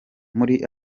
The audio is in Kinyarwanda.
muri